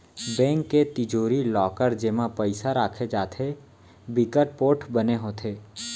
bank के तिजोरी, locker जेमा पइसा राखे जाथे बिकट पोठ बने होथे